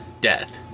death